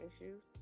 issues